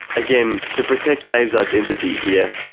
again, to protect dave's identity here,